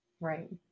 Right